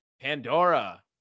Pandora